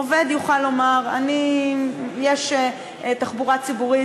עובד יוכל לומר: יש תחבורה ציבורית,